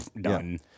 done